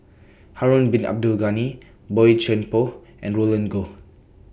Harun Bin Abdul Ghani Boey Chuan Poh and Roland Goh